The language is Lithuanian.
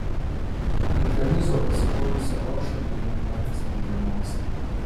ant karnizo pasikorusį aliošą nuėmė patys bendramoksliai